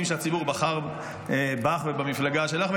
כשהציבור בחר בך ובמפלגה שלך,